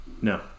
No